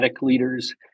leaders